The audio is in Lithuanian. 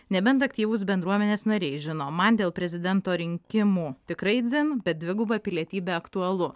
nebent aktyvūs bendruomenės nariai žino man dėl prezidento rinkimų tikrai dzin bet dviguba pilietybė aktualu